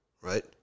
right